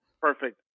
Perfect